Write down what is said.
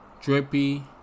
Drippy